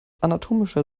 anatomischer